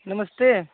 नमस्ते